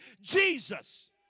Jesus